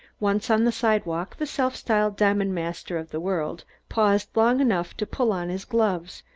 once on the sidewalk the self-styled diamond master of the world paused long enough to pull on his gloves,